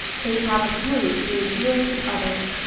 so he travels smoothly through his dealings with others.